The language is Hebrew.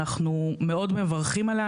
אנחנו מאוד מברכים עליה,